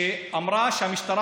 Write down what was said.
שאמרה שהמשטרה